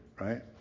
right